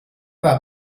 war